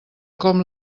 com